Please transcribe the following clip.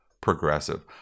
progressive